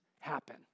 happen